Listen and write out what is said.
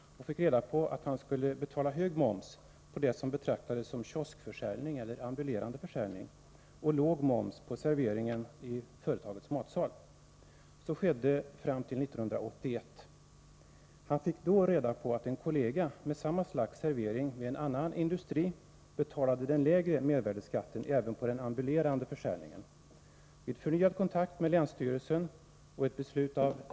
Man klargjorde för honom att han skulle betala hög moms på det som betraktades som kioskförsäljning eller ambulerande försäljning och låg moms på serveringen i företagets matsal. Så skedde fram till år 1981. Då erfor han att en kollega, som hade en servering av samma slag på en annan industri, betalade den lägre mervärdeskatten även i fråga om den ambulerande försäljningen. Han tog därför på nytt kontakt med länsstyrelsen.